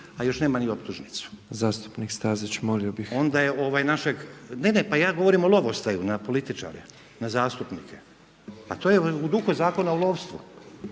…/Upadica predsjednik: Zastupnik Stazić, molio bih./… Onda je našeg, ne, ne pa ja govorim o lovostaju na političare, na zastupnike. Pa to je u duhu Zakona o lovstvu.